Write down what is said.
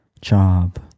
job